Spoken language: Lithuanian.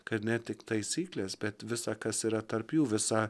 kad ne tik taisyklės bet visa kas yra tarp jų visa